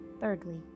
Thirdly